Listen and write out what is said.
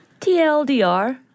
TLDR